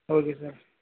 okay sir